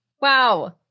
Wow